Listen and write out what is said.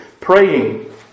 praying